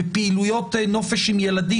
בפעילויות נופש עם ילדים,